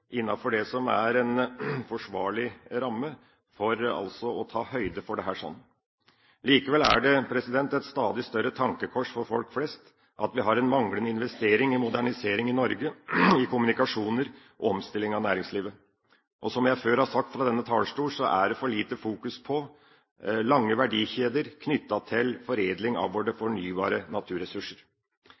innenfor det som er en forsvarlig ramme, for å ta høyde for dette. Likevel er det et stadig større tankekors for folk flest at vi i Norge har en manglende investering i modernisering, i kommunikasjoner og i omstilling av næringslivet. Som jeg før har sagt fra denne talerstol, er det for lite fokus på lange verdikjeder knyttet til foredling av våre fornybare naturressurser.